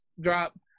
drop –